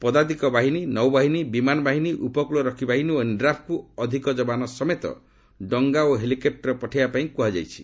ପଦାତିକ ବାହିନୀ ନୌବାହିନୀ ବିମାନବାହିନୀ ଉପକୁଳରକ୍ଷୀ ବାହିନୀ ଓ ଏନ୍ଡ୍ରାଫ୍କୁ ଅଧିକ ଯବାନ ସମେତ ଡଙ୍ଗା ଓ ହେଲିକପ୍ଟର ପଠାଇବାପାଇଁ କୁହାଯାଇଛି